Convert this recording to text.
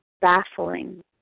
baffling